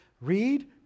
Read